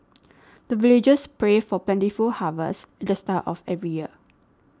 the villagers pray for plentiful harvest at the start of every year